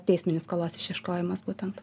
teisminis skolos išieškojimas būtent